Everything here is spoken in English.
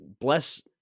bless